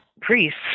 priests